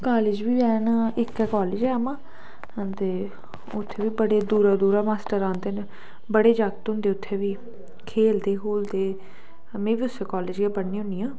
ते कालेज बी ऐन न इक्कै कालेज ऐ उ'आं ते उत्थै बी बड़े दूरां दूरां मास्टर औंदे ते बड़े जागत होंदे उत्थै बी खेढदे खूढदे में बी उस्सै कालेज गै पढ़नी होन्नी आं